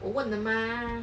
我问的吗